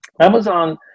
Amazon